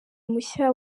mushya